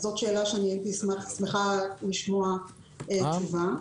זאת שאלה שהייתי שמחה לשמוע תשובה.